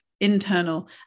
internal